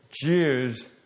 Jews